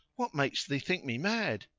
what makes thee think me mad?